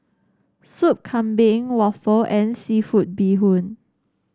Soup Kambing Waffle and seafood Bee Hoon